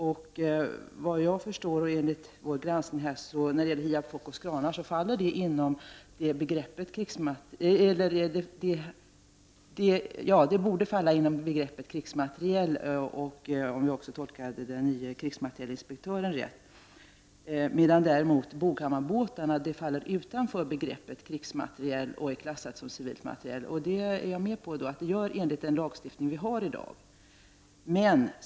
Såvitt jag förstår, och enligt vår granskning, borde HIAB-FOCO:s kranar falla under begreppet krigsmateriel, om vi tolkade den nye krigsmaterielinspektören rätt. Boghammarbåtarna faller däremot utanför begreppet krigsmateriel och är klassade som civil materiel. Jag är med på att det är så, enligt den lagstiftning vi har i dag.